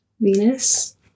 Venus